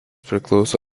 priklauso